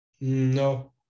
no